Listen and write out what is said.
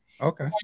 Okay